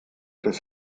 des